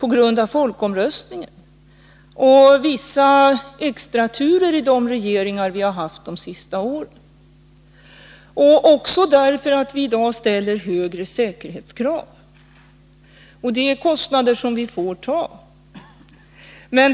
till följd av folkomröstningen och vissa extraturer i de regeringar vi haft de senaste åren, men också därför att vi i dag ställer högre säkerhetskrav. Det är kostnader som vi får acceptera.